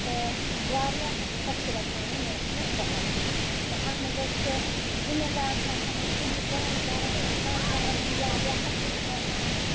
تہٕ واریاہ خۄش چھُ گَژھان یہِ موسمہِ بَہار تہٕ اَتھ منٛز حظ چھِ زٔمیٖندار چھِ آسان تِم چھِ دانہِ کَران تھَل کَران واریاہ اَصٕل چھُ آسان